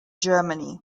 germany